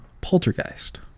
Poltergeist